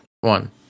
One